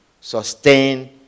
sustain